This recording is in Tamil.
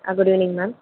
ah good evening ma'am